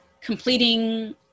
completing